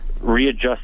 readjust